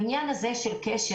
לעניין הקשר,